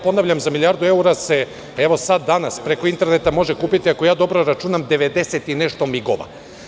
Ponavljam, za milijardu evra se evo sada danas preko interneta može kupiti, ako dobro računam, 90 i nešto migova.